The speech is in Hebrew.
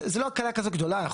זה כלכלי הכל כלכלי פה.